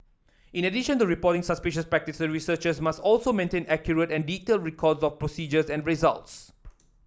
in addition to reporting suspicious practice researchers must also maintain accurate and detailed records of procedures and results